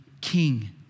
king